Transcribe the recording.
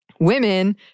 Women